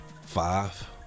Five